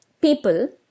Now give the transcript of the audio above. people